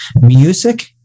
music